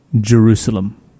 Jerusalem